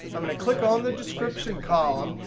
i'm going to click on the description column.